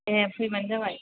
दे फैबानो जाबाय